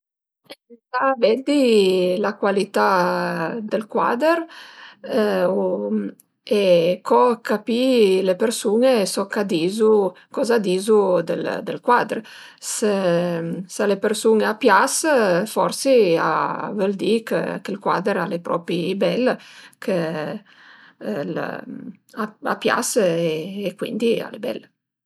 Ëntà veddi la cualità del cuader e co capì le persun-e soch a dizu coza a dizu del cuader. Së a le persun-e a pias forsi a völ di ch'ël cuader al e propi bel chë a pias e cuindi al e bel